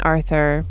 Arthur